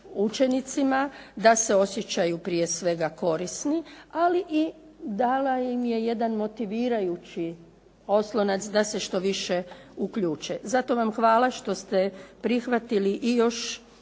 učenicima da se osjećaju prije svega korisni, ali i dala im je jedan motivirajući oslonac da se što više uključe. Zato vam hvala što ste prihvatili i još